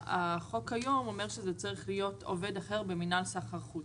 החוק כיום אומר שזה צריך להיות עובד אחר במינהל סחר חוץ,